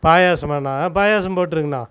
பாயசமாண்ணா ஆ பாயசம் போட்டிருங்கண்ணா